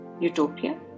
utopia